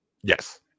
Yes